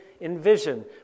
envision